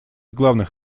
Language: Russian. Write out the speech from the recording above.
главных